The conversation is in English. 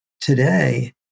today